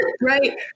right